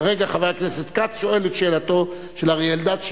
כרגע חבר הכנסת כץ שואל את שאלתו של אריה אלדד,